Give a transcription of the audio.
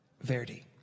Verdi